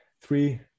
three